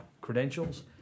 credentials